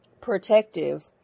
protective